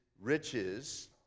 riches